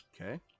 okay